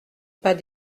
pas